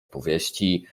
powieści